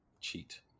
cheat